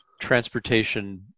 transportation